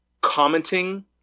commenting